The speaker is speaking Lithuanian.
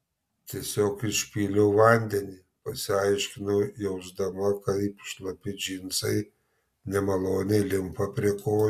tiesiog išpyliau vandenį pasiaiškinau jausdama kaip šlapi džinsai nemaloniai limpa prie kojų